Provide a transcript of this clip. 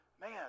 man